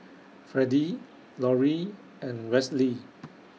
Freddie Lorie and Westley